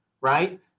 right